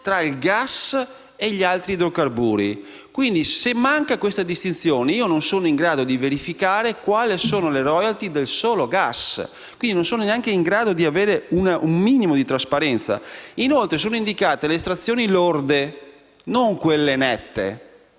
tra il gas e gli altri idrocarburi. Se manca questa distinzione non siamo in grado di verificare quali sono le *royalty* del solo gas, e non siamo neanche in grado di avere un minimo di trasparenza. Inoltre, sono indicate le estrazioni lorde, non quelle nette.